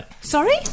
sorry